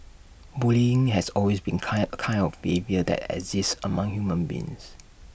bullying has always been kind kind of behaviour that exists among human beings